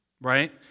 right